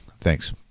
Thanks